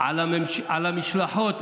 על המשלחות,